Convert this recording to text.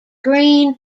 green